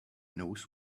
knows